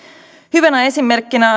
hyvänä esimerkkinä